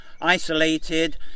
isolated